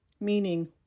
meaning